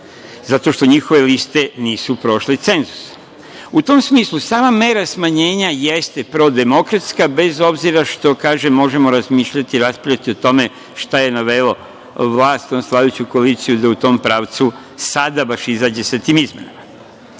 zato što njihove liste nisu prošle cenzus.U tom smislu sama mera smanjenja jeste prodemokratska, bez obzira što možemo razmišljati i raspravljati o tome šta je navelo vlast, odnosno vladajuću koaliciju da u tom pravcu sada baš izađe sa tim izmenama. Meni